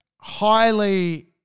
highly